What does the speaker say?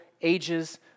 ages